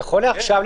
נכון לעכשיו,